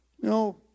No